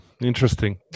interesting